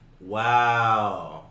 Wow